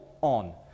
on